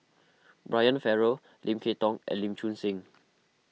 Brian Farrell Lim Kay Tong and Lee Choon Seng